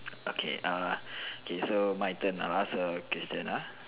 okay err okay so my turn I ask a question ah